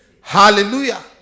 Hallelujah